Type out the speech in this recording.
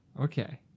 Okay